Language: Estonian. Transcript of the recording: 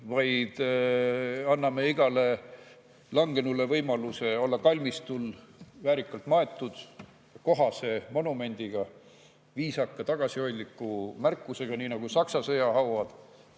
vaid anname igale langenule võimaluse olla maetud väärikalt kalmistule, kohase monumendiga, viisaka, tagasihoidliku märkusega, nii nagu on Saksa sõjahaudadel.